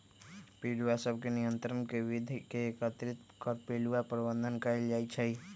पिलुआ सभ के नियंत्रण के विद्ध के एकीकृत कर पिलुआ प्रबंधन कएल जाइ छइ